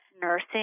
nursing